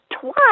twice